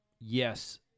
yes